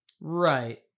Right